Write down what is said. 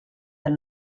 del